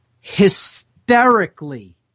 hysterically